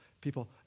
people